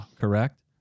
correct